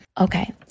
Okay